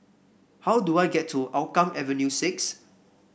how do I get to Hougang Avenue six